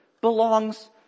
belongs